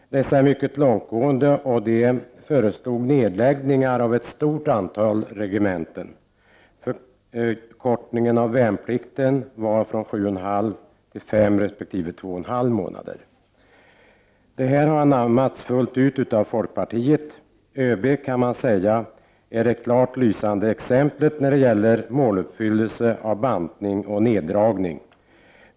Dessa är mycket långtgående och där föreslogs nedläggningar av ett stort antal regementen. Förkortning av värnpliktstiden föreslogs från 7,5 till S resp. 2,5 månader. Det här har anammats fullt ut av folkpartiet. ÖB är, kan man säga, det klart lysande exemplet när det gäller måluppfyllelse av bantning och neddragning.